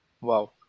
Wow